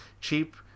Cheap